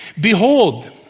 behold